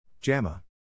JAMA